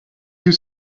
you